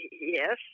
yes